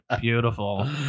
beautiful